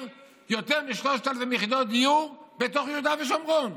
יותר מ-3,000 יחידות דיור ביהודה ושומרון?